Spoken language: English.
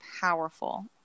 powerful